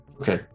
Okay